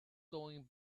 going